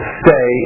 stay